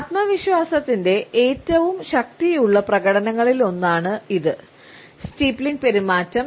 ആത്മവിശ്വാസത്തിന്റെ ഏറ്റവും ശക്തിയുള്ള പ്രകടനങ്ങളിലൊന്നാണ് ഇത് സ്റ്റീപ്ലിംഗ് പെരുമാറ്റം